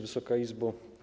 Wysoka Izbo!